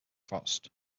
vast